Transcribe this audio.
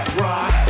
rock